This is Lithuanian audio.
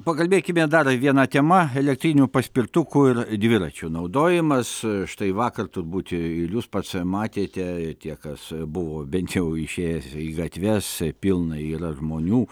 pakalbėkime dar viena tema elektrinių paspirtukų ir dviračių naudojimas štai vakar turbūt ir jus pats matėte tie kas buvo bent jau išėjęs į gatves pilna yra žmonių